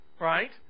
Right